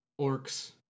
Orcs